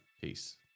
Peace